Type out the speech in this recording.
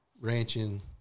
ranching